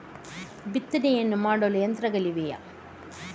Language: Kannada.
ಬಿತ್ತನೆಯನ್ನು ಮಾಡಲು ಯಂತ್ರಗಳಿವೆಯೇ?